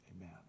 amen